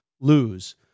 lose